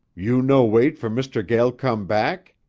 you no wait for mr. gael come back?